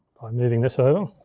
moving this over.